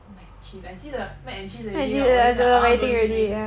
mac and cheese I see the mac and cheese already 我就想 I wanna go this place